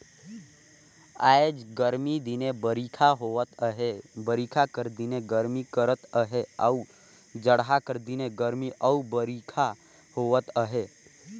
आएज गरमी दिने बरिखा होवत अहे बरिखा कर दिने गरमी करत अहे अउ जड़हा कर दिने गरमी अउ बरिखा होवत अहे